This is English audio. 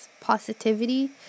positivity